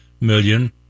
million